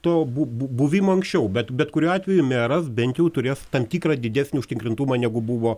to buvimo anksčiau bet bet kuriuo atveju meras bent jau turės tam tikrą didesnį užtikrintumą negu buvo